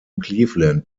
cleveland